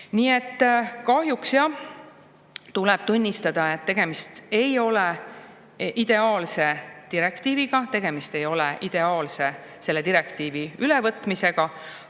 Kahjuks tuleb tunnistada, et tegemist ei ole ideaalse direktiiviga. Tegemist ei ole ideaalse direktiivi ülevõtmisega,